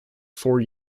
four